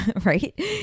right